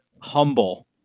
humble